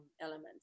elements